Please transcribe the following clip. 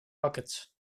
pockets